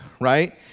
right